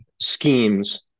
Schemes